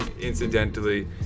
incidentally